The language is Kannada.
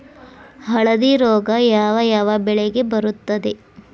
ಹಳದಿ ರೋಗ ಯಾವ ಯಾವ ಬೆಳೆಗೆ ಬರುತ್ತದೆ?